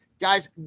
Guys